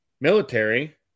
military